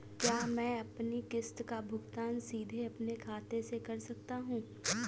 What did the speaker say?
क्या मैं अपनी किश्त का भुगतान सीधे अपने खाते से कर सकता हूँ?